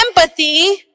empathy